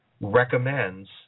recommends